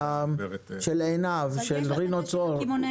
של רינו צרור,